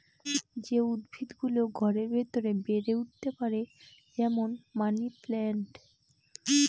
যে উদ্ভিদ গুলো ঘরের ভেতরে বেড়ে উঠতে পারে, যেমন মানি প্লান্ট